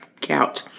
couch